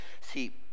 See